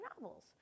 novels